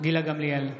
גילה גמליאל,